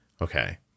Okay